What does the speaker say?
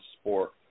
sport